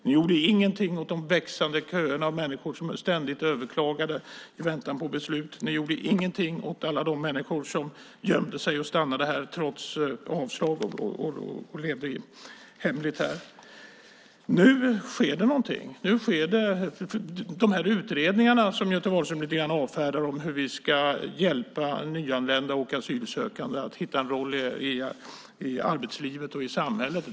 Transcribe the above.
Ni gjorde ingenting åt de växande köer av människor som ständigt överklagade i väntan på beslut. Ni gjorde ingenting åt alla de människor som gömde sig, stannade här och levde hemligt trots avslag. Nu sker det någonting. Nu sker de utredningar, som Göte Wahlström avfärdade lite grann, om hur vi ska hjälpa nyanlända och asylsökande att hitta en roll i arbetslivet och i samhället.